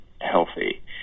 healthy